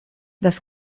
das